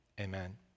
Amen